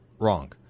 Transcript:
wrong